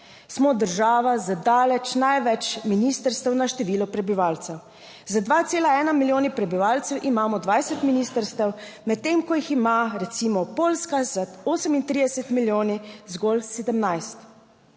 Smo država z daleč največ ministrstev na število prebivalcev, z 2,1 milijona prebivalcev imamo 20 ministrstev, medtem ko jih ima recimo Poljska z 38 milijoni zgolj 17.